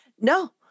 No